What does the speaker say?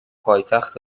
پایتخت